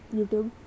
YouTube